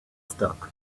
stuck